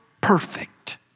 perfect